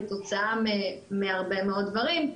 כתוצאה מהרבה מאוד דברים.